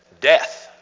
Death